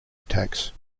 attacks